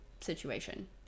situation